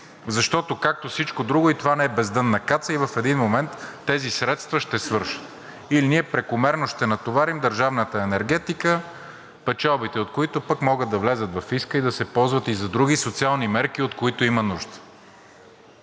Защото, както всичко друго и това не е бездънна каца и в един момент тези средства ще свършат и ние прекомерно ще натоварим държавната енергетика, печалбите, които пък могат да влязат във фиска и да се ползват и за други социални мерки, от които има нужда.